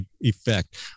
effect